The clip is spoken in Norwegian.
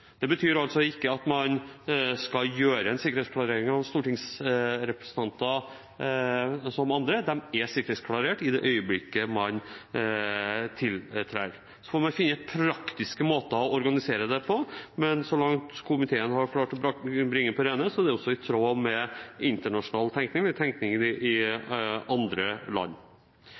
Det betyr altså at man ikke skal gjøre en sikkerhetsklarering av stortingsrepresentanter, slik som av andre. De er sikkerhetsklarert i det øyeblikket de tiltrer. Så må vi finne praktiske måter å organisere dette på, men så langt komiteen har klart å bringe på det rene, er dette også i tråd med internasjonal tenkning, tenkning i andre land.